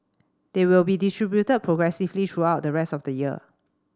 they will be distributed progressively throughout the rest of the year